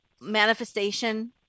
manifestation